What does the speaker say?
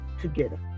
together